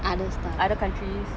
other stuffs